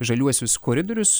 žaliuosius koridorius